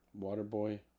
Waterboy